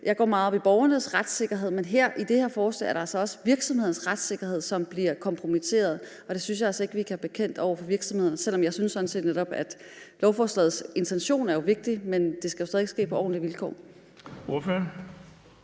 Jeg går meget op i borgernes retssikkerhed, men i det her forslag er det altså også virksomhedernes retssikkerhed, som bliver kompromitteret, og det synes jeg altså ikke at vi kan være bekendt over for virksomhederne. Jeg synes jo sådan set, at lovforslagets intention er vigtig, men det skal stadig væk ske på ordentlige vilkår.